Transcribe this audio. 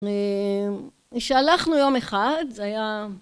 כשהלכנו יום אחד זה היה...